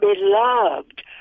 beloved